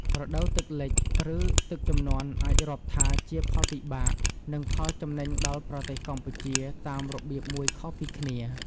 រដូវទឹកលិច ឬ ទឹកជំនន់អាចរាប់ថាជាផលវិបាក និងផលចំណេញដល់ប្រទេសកម្ពុជាតាមរបៀបមួយខុសពីគ្នា។